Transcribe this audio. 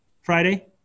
Friday